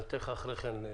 אז אני אתן לך אחרי כן לדבר.